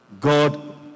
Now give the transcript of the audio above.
God